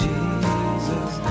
Jesus